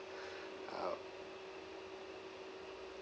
uh